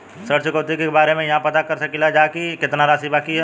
ऋण चुकौती के बारे इहाँ पर पता कर सकीला जा कि कितना राशि बाकी हैं?